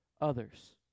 others